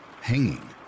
hanging